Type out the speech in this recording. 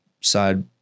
side